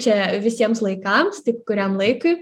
čia visiems laikams tik kuriam laikui